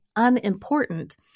unimportant